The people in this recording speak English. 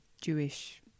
jewish